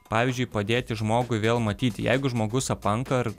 pavyzdžiui padėti žmogui vėl matyti jeigu žmogus apanka ar